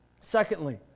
secondly